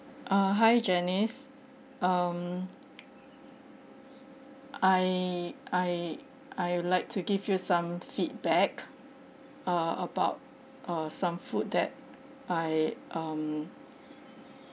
uh hi janice um I I I'd like to give you some feedback uh about uh some food that I um